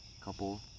couple